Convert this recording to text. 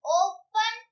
open